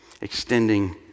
extending